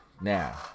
Now